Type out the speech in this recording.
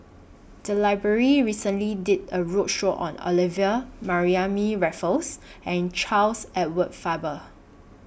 The Library recently did A roadshow on Olivia Mariamne Raffles and Charles Edward Faber